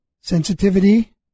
sensitivity